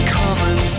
common